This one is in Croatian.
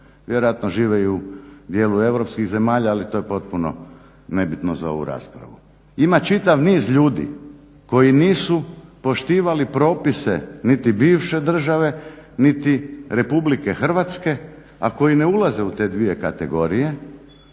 Vjerojatno žive i u djelu europskih zemalja, ali to je potpuno nebitno za ovu raspravu. Ima čitav niz ljudi koji nisu poštivali propise niti bivše države, niti RH, a koji ne ulaze u te 2 kategorije,